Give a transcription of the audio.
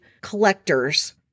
collectors